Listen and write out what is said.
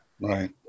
Right